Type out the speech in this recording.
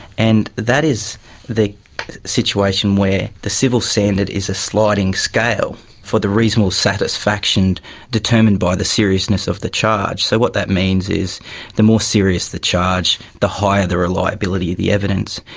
and that is the situation where the civil standard is a sliding scale for the reasonable satisfaction determined by the seriousness of the charge. so what that means is the more serious the charge, the higher the reliability of the evidence.